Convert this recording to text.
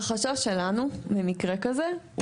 החשש שלנו ממקרה כזה הוא